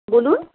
বলুন